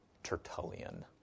Tertullian